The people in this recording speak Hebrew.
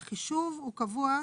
החישוב הוא קבוע,